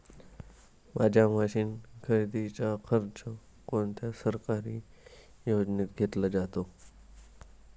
माझ्या मशीन खरेदीचा खर्च कोणत्या सरकारी योजनेत घेतला जातो?